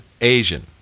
Asian